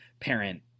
parent